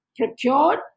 procured